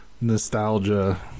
nostalgia